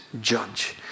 judge